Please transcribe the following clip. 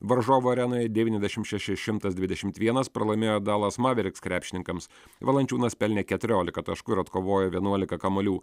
varžovų arenoje devyniasdešimt šeši šimtas dvidešimt vienas pralaimėjo dalas maveriks krepšininkams valančiūnas pelnė keturiolika taškų ir atkovojo vienuolika kamuolių